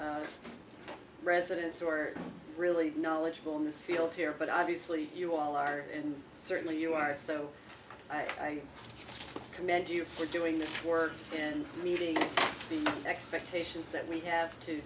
residents who are really knowledgeable in this field here but obviously you all are certainly you are so i commend you for doing this work in meeting the expectations that we have to